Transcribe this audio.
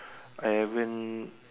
I haven't